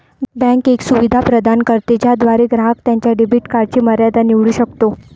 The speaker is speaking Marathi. बँक एक सुविधा प्रदान करते ज्याद्वारे ग्राहक त्याच्या डेबिट कार्डची मर्यादा निवडू शकतो